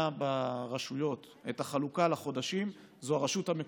לחודשים ברשויות זאת הרשות המקומית.